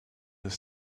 his